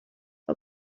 for